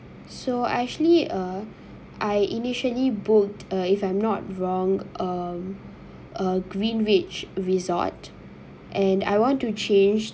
so I actually uh I initially booked uh if I'm not wrong um a greenridge resort and I want to change